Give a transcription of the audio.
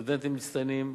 סטודנטים מצטיינים,